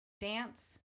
dance